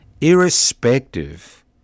irrespective